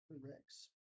Rex